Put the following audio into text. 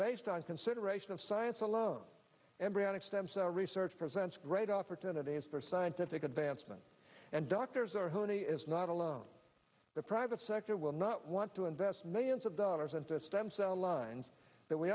based on consideration of science alone embryonic stem cell research presents great opportunities for scientific advancement and doctors are honey alone the private sector will not want to invest millions of dollars into stem cell